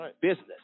business